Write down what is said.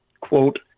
quote